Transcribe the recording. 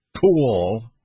cool